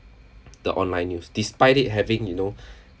the online news despite it having you know